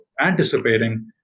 anticipating